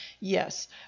yes